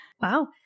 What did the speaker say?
Wow